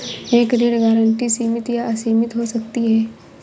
एक ऋण गारंटी सीमित या असीमित हो सकती है